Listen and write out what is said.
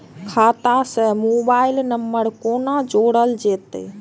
खाता से mobile number कोना जोरल जेते?